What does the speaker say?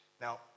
Now